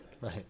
Right